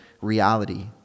reality